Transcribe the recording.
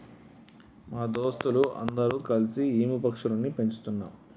మా దోస్తులు అందరు కల్సి ఈము పక్షులని పెంచుతున్నాం